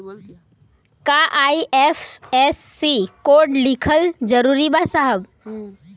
का IFSC code लिखल जरूरी बा साहब?